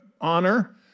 honor